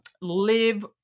live